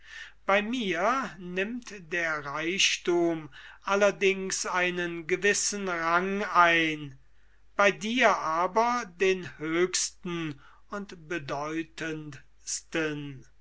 bei mir nimmt der reichthum einen gewissen rang ein bei dir den höchsten und